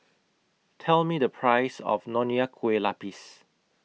Tell Me The Price of Nonya Kueh Lapis